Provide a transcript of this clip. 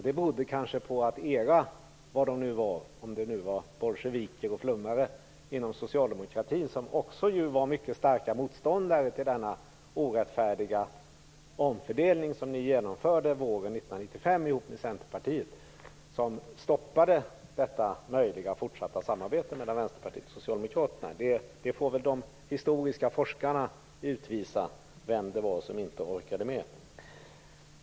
Det berodde kanske på era vad-de-nu-var - bolsjeviker och flummare, kanske - inom socialdemokratin, vilka också var mycket starka motståndare till den orättfärdiga omfördelning som ni genomförde våren 1995 ihop med Centerpartiet och som stoppade ett möjligt fortsatt samarbete mellan Vänsterpartiet och Socialdemokraterna. De historiska forskarna får väl visa vem det var som inte orkade med.